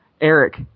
Eric